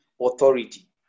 authority